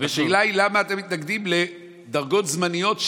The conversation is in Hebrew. השאלה היא למה אתם מתנגדים לדרגות זמניות,